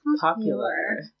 popular